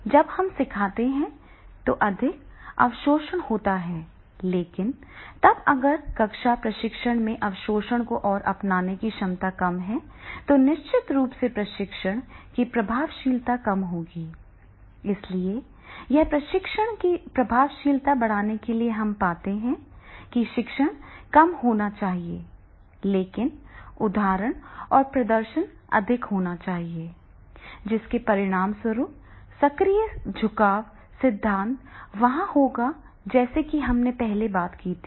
इसलिए जब भी हम सिखाते हैं तो अधिक अवशोषण होता है लेकिन तब अगर कक्षा प्रशिक्षण में अवशोषण और अपनाने की क्षमता कम है तो निश्चित रूप से प्रशिक्षण की प्रभावशीलता कम होगी इसलिए यहां प्रशिक्षण की प्रभावशीलता बढ़ाने के लिए हम पाते हैं कि शिक्षण कम होना चाहिए लेकिन उदाहरण और प्रदर्शन अधिक होना चाहिए जिसके परिणामस्वरूप सक्रिय झुकाव सिद्धांत वहां होगा जैसा कि हमने पहले बात की थी